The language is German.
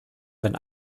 wenn